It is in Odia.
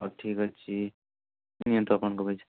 ହଉ ଠିକ୍ଅଛି ନିଅନ୍ତୁ ଆପଣଙ୍କ ପଇସା